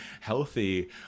healthy